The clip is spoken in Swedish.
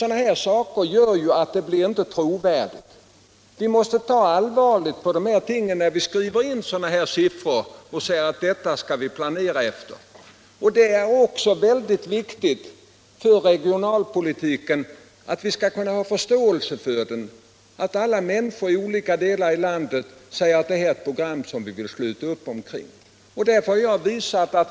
Sådana här saker gör ju att planeringen inte blir trovärdig, Vi måste ta allvarligt på tingen när vi skriver in siffror som vi säger att man skall planera efter. Detta är väldigt viktigt när det gäller att skapa förståelse för regionalpolitiken. Hur skall vi annars kunna räkna med att människorna i olika delar av landet kommer att tycka att detta program är någonting som de kan sluta upp omkring?